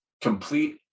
complete